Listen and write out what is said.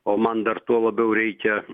o man dar tuo labiau reikia